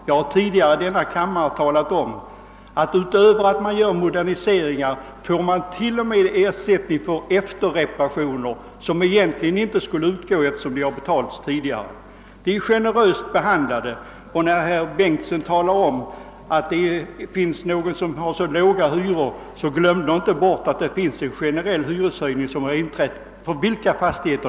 Tidigare har jag i denna kammare talat om att man förutom för moderniseringar får ersättning för efterreparationer, fastän det här egentligen inte borde utgå någon ersättning, eftersom sådan utgått redan förut. Fastighetsägarna är alltså generöst behandlade. När herr Bengtson talade om särskilt låga hyresintäkter får det inte glömmas bort, att en generell hyreshöjning vidtagits avseende alla fastigheter.